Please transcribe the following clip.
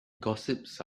gossips